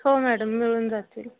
हो मॅडम मिळून जातील